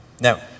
Now